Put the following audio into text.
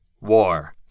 War